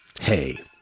Hey